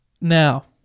Now